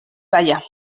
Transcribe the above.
balla